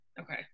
Okay